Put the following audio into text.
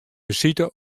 besite